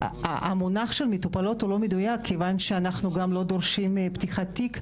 המונח של מטופלות הוא לא מדויק כיוון שאנחנו גם לא דורשים פתיחת תיק,